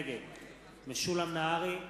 נגד משולם נהרי,